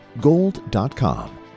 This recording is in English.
gold.com